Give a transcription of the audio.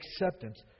acceptance